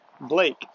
Blake